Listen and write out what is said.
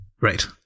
Right